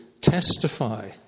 testify